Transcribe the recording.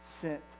sent